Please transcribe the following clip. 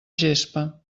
gespa